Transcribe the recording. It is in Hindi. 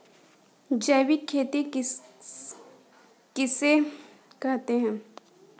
जैविक खेती किसे कहते हैं?